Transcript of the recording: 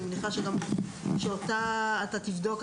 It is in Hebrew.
אני מניחה שגם אותה אתה תבדוק.